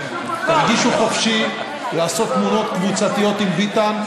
תרגישו חופשי לעשות תמונות קבוצתיות עם ביטן.